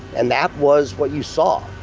and that was what you saw.